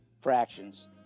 fractions